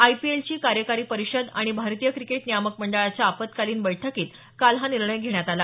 आयपीएलची कार्यकारी परिषद आणि भारतीय क्रिकेट नियामक मंडळाच्या आपत्कालीन बैठकीत काल हा निर्णय घेण्यात आला